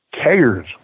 cares